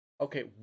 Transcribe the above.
Okay